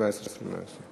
ההסתייגות השלישית